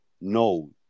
no